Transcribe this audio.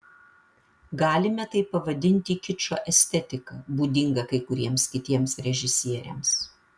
galime tai pavadinti kičo estetika būdinga kai kuriems kitiems režisieriams